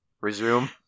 Resume